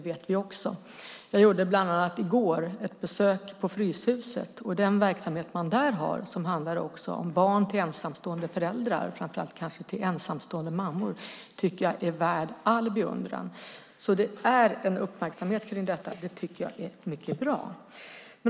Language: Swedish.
Jag gjorde i går ett besök på Fryshuset. Den verksamhet man där har som handlar om barn till ensamstående föräldrar, kanske framför allt ensamstående mammor, tycker jag är värd all beundran. Det finns alltså en uppmärksamhet kring detta, och det tycker jag är mycket bra.